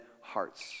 hearts